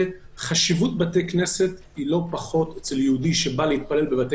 חשיבות בתי כנסת ליהודי שבא להתפלל בבתי